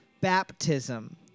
baptism